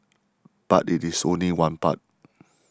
but it is only one part